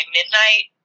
midnight